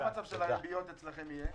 מה המצב של ה- -- יהיה אצלכם?